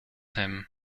him